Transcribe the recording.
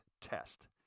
test